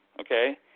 okay